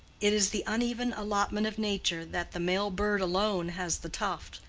it is the uneven allotment of nature that the male bird alone has the tuft,